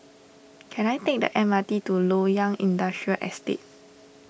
can I take the M R T to Loyang Industrial Estate